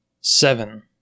seven